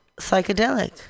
psychedelic